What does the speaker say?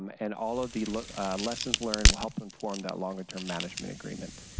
um and all of the lessons learned will help informed that long-term management agreement.